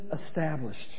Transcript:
established